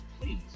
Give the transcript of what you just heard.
please